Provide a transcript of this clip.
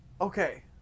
Okay